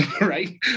right